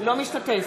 לא משתתף.